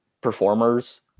performers